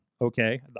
Okay